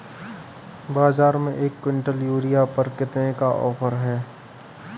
बाज़ार में एक किवंटल यूरिया पर कितने का ऑफ़र है?